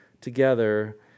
together